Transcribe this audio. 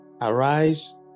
arise